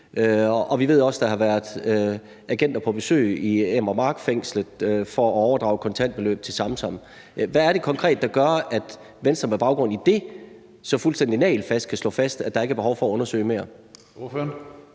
og vi ved også, at der har været agenter på besøg i Enner Mark Fængsel for at overdrage kontantbeløb til Samsam. Hvad er det konkret, der gør, at Venstre med baggrund i det så fuldstændig nagelfast kan slå fast, at der ikke er behov for at undersøge mere?